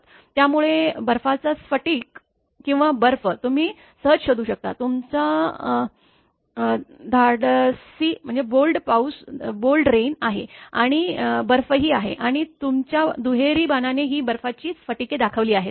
त्यामुळे बर्फाचे स्फटिक किंवा बर्फ तुम्ही सहज शोधू शकता तुमचा धाडसी बोल्ड पाऊस धाडसी आहे आणि बर्फही आहे आणि तुमच्या दुहेरी बाणाने ही बर्फाची स्फटिके दाखवली आहेत